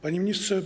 Panie Ministrze!